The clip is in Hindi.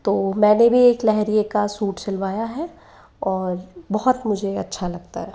तो मैंने भी एक लहरिए का सूट सिलवाया है और बहुत मुझे अच्छा लगता है